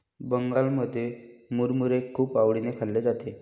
बंगालमध्ये मुरमुरे खूप आवडीने खाल्ले जाते